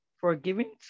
forgiving